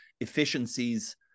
efficiencies